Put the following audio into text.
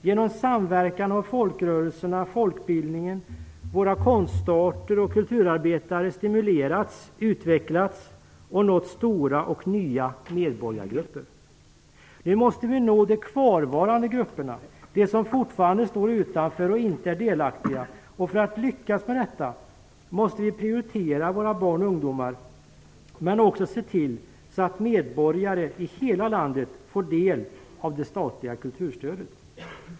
Genom samverkan har folkrörelserna, folkbildningen, våra konstarter och kulturarbetare stimulerats, utvecklats och nått stora och nya medborgargrupper. Nu måste vi nå de kvarvarande grupperna, de som fortarande står utanför och inte är delaktiga. För att lyckas med detta måste vi prioritera våra barn och ungdomar, men också se till att medbogare i hela landet får del av det statliga kulturstödet.